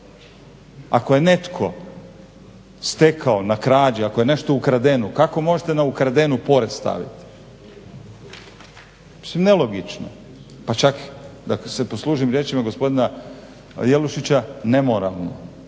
Ako je netko stekao na krađi ako je nešto ukradeno kako možete na ukradeno porez staviti? Mislim nelogično. Pa čak da se poslužim riječima gospodina Jelušića nemoralno,